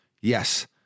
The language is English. Yes